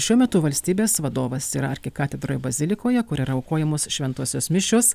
šiuo metu valstybės vadovas yra arkikatedroj bazilikoje kur yra aukojamos šventosios mišios